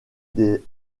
des